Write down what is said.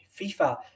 FIFA